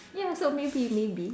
ya so maybe maybe